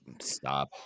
stop